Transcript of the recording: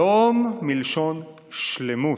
שלום מלשון שלמות.